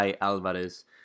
Alvarez